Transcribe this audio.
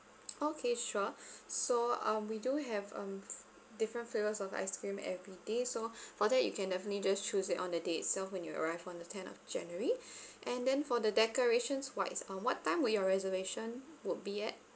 okay sure so um we do have um different flavours of ice cream everyday so for that you can definitely just choose it on the day itself when you arrive on the tenth of january and then for the decorations wise um what time would your reservation would be at